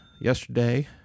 yesterday